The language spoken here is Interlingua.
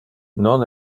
non